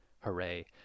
hooray